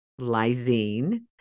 lysine